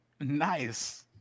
Nice